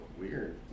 weird